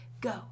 Go